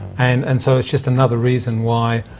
and and so it's just another reason why,